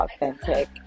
authentic